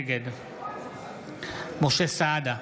נגד משה סעדה,